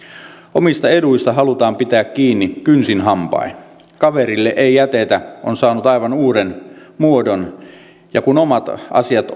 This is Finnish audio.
omista eduista halutaan pitää kiinni kynsin hampain kaverille ei jätetä on saanut aivan uuden muodon ja kun omat asiat